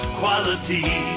quality